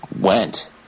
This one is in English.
went